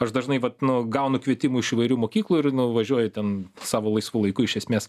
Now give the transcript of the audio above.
aš dažnai vat nu gaunu kvietimų iš įvairių mokyklų ir nuvažiuoju ten savo laisvu laiku iš esmės